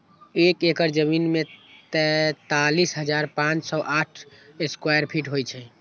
एक एकड़ जमीन में तैंतालीस हजार पांच सौ साठ स्क्वायर फीट होई छई